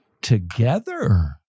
together